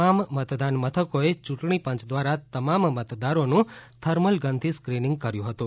તમામ મતદાન મથકોએ ચુંટણી પંચ ધ્વારા તમામ મતદારોનું થર્મલ ગનથી સ્કીનીંગ કર્યુ હતું